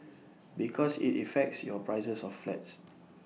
because IT affects your prices of flats